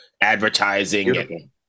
advertising